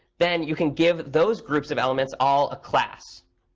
then you can give those groups of elements all a class.